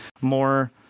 more